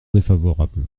défavorable